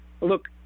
look